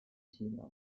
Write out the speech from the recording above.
chinas